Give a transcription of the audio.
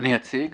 אני אציג.